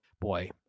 Boy